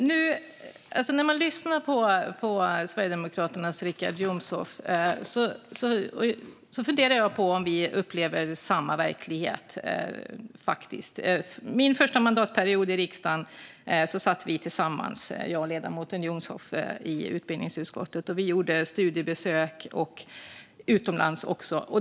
Fru talman! När jag lyssnar på Sverigedemokraternas Richard Jomshof funderar jag på om vi upplever samma verklighet. Under min första mandatperiod i riksdagen satt jag och ledamoten Jomshof tillsammans i utbildningsutskottet. Vi gjorde studiebesök, också utomlands.